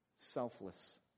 selfless